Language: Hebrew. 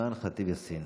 אימאן ח'טיב יאסין.